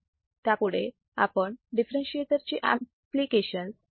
त्यापुढे आपण डिफरेंसिएटर ची एप्लीकेशन पाहू